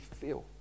feel